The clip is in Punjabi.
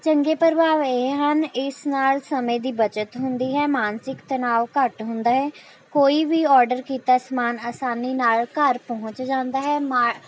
ਚੰਗੇ ਪ੍ਰਭਾਵ ਇਹ ਹਨ ਇਸ ਨਾਲ ਸਮੇਂ ਦੀ ਬੱਚਤ ਹੁੰਦੀ ਹੈ ਮਾਨਸਿਕ ਤਣਾਵ ਘੱਟ ਹੁੰਦਾ ਹੈ ਕੋਈ ਵੀ ਆਰਡਰ ਕੀਤਾ ਸਮਾਨ ਆਸਾਨੀ ਨਾਲ ਘਰ ਪਹੁੰਚ ਜਾਦਾ ਹੈ